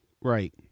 Right